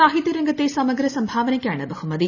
സാഹിത്യരംഗത്തെ സമഗ്രസംഭാവനയ്ക്കാണ് ബഹുമതി